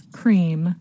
cream